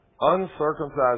uncircumcised